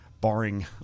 barring